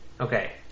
Okay